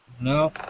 No